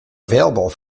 available